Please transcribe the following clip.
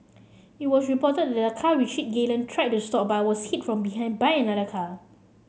it was reported that the car which hit Galen tried to stop but was hit from behind by another car